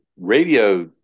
radio